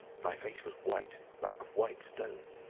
my face was white like white stone.